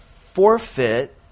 forfeit